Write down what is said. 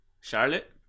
Charlotte